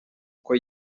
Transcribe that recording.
uko